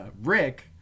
Rick